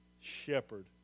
shepherd